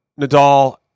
Nadal